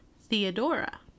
theodora